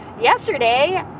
yesterday